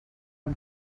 amb